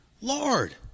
Lord